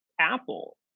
Apple